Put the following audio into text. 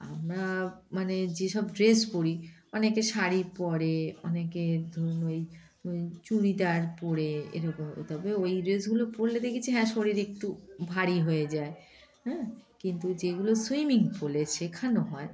আমরা মানে যেসব ড্রেস পরি অনেকে শাড়ি পরে অনেকে ধরুন ওই ওই চুড়িদার পরে এরকম তবে ওই ড্রেসগুলো পরলে দেখেছি হ্যাঁ শরীর একটু ভারী হয়ে যায় হ্যাঁ কিন্তু যেগুলো সুইমিং পুলে শেখানো হয়